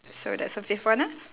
so that's a different ah